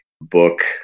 book